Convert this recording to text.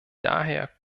daher